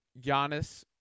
Giannis